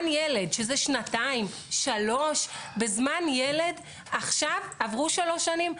שזה שנתיים-שלוש, בזמן ילד, עכשיו עברו שלוש שנים?